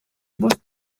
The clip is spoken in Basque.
bost